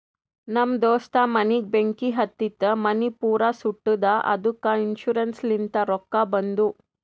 ನಮ್ ದೋಸ್ತ ಮನಿಗ್ ಬೆಂಕಿ ಹತ್ತಿತು ಮನಿ ಪೂರಾ ಸುಟ್ಟದ ಅದ್ದುಕ ಇನ್ಸೂರೆನ್ಸ್ ಲಿಂತ್ ರೊಕ್ಕಾ ಬಂದು